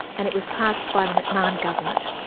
and it was passed by the mcmahon government.